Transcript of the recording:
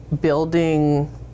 building